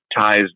ties